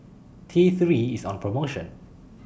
T three IS on promotion